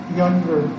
younger